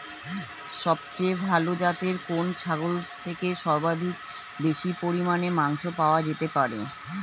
সবচেয়ে ভালো যাতে কোন ছাগল থেকে সর্বাধিক বেশি পরিমাণে মাংস পাওয়া যেতে পারে?